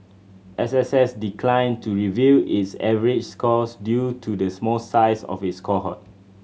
S S S declined to reveal its average scores due to the small size of its cohort